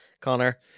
Connor